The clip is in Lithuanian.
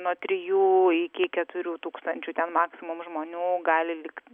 nuo trijų iki keturių tūkstančių ten maksimum žmonių gali likt